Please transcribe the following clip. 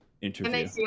interview